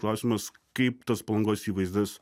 klausimas kaip tas palangos įvaizdis